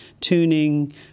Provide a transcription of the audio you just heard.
tuning